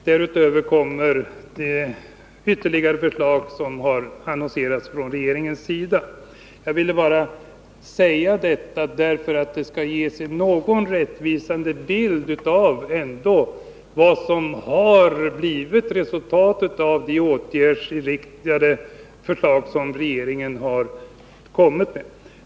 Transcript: —- Därutöver kommer de ytterligare förslag som annonseras från regeringens sida. Jag vill bara säga detta för att ge en någorlunda rättvisande bild av vad som har blivit resultatet av de åtgärdsinriktade förslag som regeringen har lagt fram.